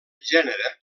gènere